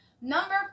number